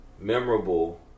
memorable